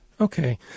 Okay